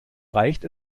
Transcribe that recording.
reicht